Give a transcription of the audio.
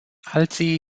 alții